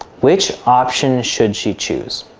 which option should she choose?